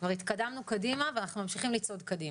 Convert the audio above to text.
כבר התקדמנו קדימה ואנחנו ממשיכים לצעוד קדימה.